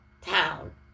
town